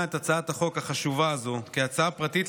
את הצעת החוק החשובה הזאת כהצעה פרטית,